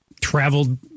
traveled